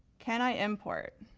can i import?